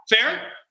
Fair